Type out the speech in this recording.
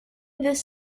this